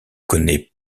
connaît